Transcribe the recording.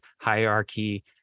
hierarchy